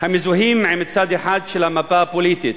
המזוהים עם צד אחד של המפה הפוליטית,